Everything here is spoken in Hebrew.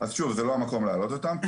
אז שוב, זה לא המקום לעלות אותם.